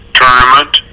tournament